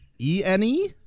E-N-E